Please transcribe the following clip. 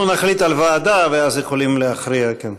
אנחנו נחליט על ועדה, ואז יכולים להכריע.